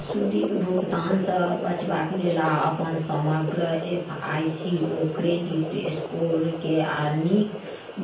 सूदिक भुगतानसँ बचबाक लेल आ अपन समग्र F I C O credit स्कोरके आर नीक